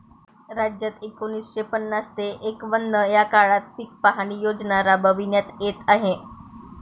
राज्यात एकोणीसशे पन्नास ते एकवन्न या काळात पीक पाहणी योजना राबविण्यात येत आहे